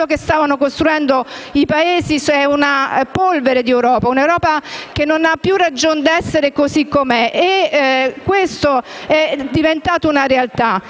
stavano costruendo i Paesi era una polvere d'Europa, un'Europa che non aveva più ragion di essere così come era e questo è diventato una realtà.